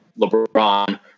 LeBron